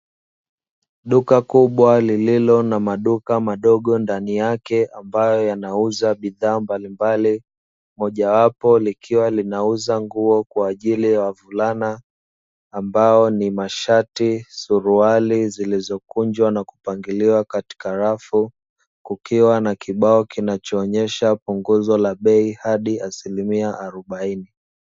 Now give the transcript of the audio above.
Duka kubwa lililo na maduka madogo ndani yake ambayo yanauza bidhaa mbalimbali, moja wapo likiwa linauza nguo kwa ajili ya wavulana ambao ni mashati, suruali zilizokunjwa na kupangiliwa katika rafu, kukiwa na kibao kinachoonyesha punguzo la bei hadi asilimia arobaini.